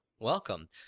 Welcome